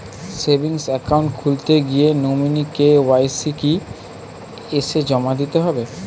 Savings account খুলতে গিয়ে nominee KYC কি এসে জমা দিতে হবে?